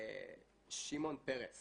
שמעון פרס